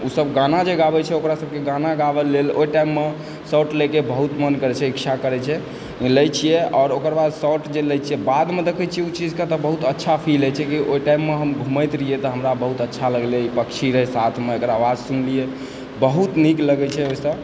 आओर ओ सब गाना जे गाबै छै ओकरा सबकेँ गाना गाबैके लेल ओहि टाइममे शॉट लए कए बहुत मन करै छै इच्छा करै छै लै छियै आओर ओकर बाद शॉट जे लै छियै बादमे देखै छियै ओ चीजके तऽ बहुत अच्छा फील होइ छै कि ओहि टाइममे हम घुमैत रहियै तऽ हमरा बहुत अच्छा लागलै पक्षी रहै साथमे एकर आवाज सुनलियै बहुत नीक लगै छै ओहिसँ